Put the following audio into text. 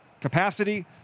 capacity